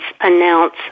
announce